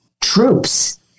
troops